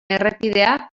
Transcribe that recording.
errepidea